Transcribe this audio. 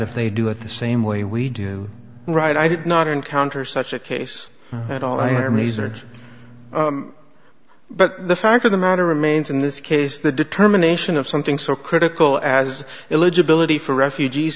if they do it the same way we do right i did not encounter such a case at all here mister but the fact of the matter remains in this case the determination of something so critical as illegitimately for refugee